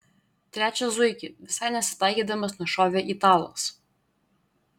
trečią zuikį visai nesitaikydamas nušovė italas